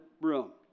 room